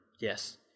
Yes